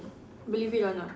believe it or not